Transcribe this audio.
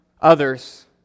others